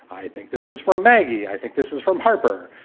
i think this is for maggie. i think this is from harper,